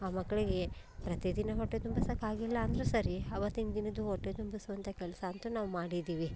ಆ ಮಕ್ಕಳಿಗೆ ಪ್ರತಿದಿನ ಹೊಟ್ಟೆ ತುಂಬಿಸಕ್ಕೆ ಆಗಿಲ್ಲ ಅಂದರೂ ಸರಿ ಅವತ್ತಿನ ದಿನದ್ದು ಹೊಟ್ಟೆ ತುಂಬಿಸುವಂಥ ಕೆಲಸ ಅಂತೂ ನಾವು ಮಾಡಿದ್ದೀವಿ